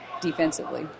defensively